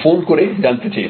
phone করে জানতে চেয়েছে